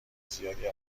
زیادی